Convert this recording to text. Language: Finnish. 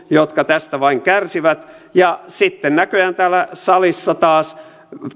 jotka tästä vain kärsivät sitten näköjään täällä salissa taas